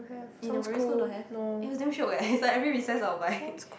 in your primary school don't have it was damn shock eh it's like every recess I will buy